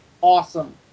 awesome